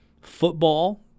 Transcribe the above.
Football